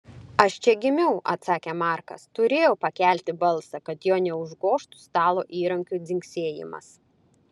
aš čia gimiau atsakė markas turėjo pakelti balsą kad jo neužgožtų stalo įrankių dzingsėjimas